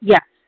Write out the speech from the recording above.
Yes